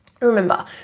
Remember